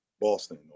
Boston